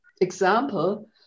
example